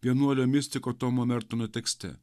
vienuolio mistiko tomo mertono tekste